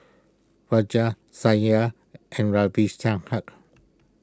Raja Satya and Ravi Shankar